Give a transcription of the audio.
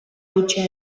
hutsa